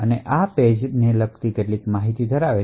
અથવા REGને લગતી કેટલીક માહિતી ધરાવે છે